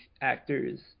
actors